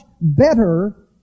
better